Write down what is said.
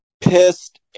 pissed